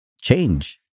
change